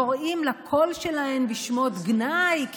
קוראים לקול שלהן בשמות גנאי,